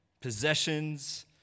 possessions